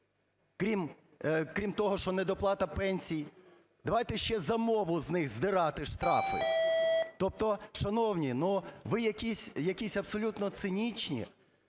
крім того, що недоплата пенсій, давайте ще за мову з них здирати штрафи. Тобто, шановні, ви якісь абсолютно цинічні